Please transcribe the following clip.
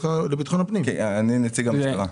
אני נציג המשטרה.